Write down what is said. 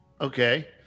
Okay